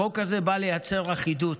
החוק הזה בא לייצר אחידות.